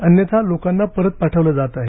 अन्यथा लोकांना परत पाठवलं जात आहे